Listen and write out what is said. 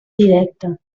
directe